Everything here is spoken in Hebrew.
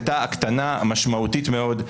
הייתה הקטנה משמעותית מאוד.